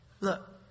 look